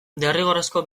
derrigorrezko